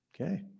Okay